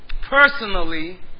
personally